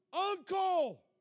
Uncle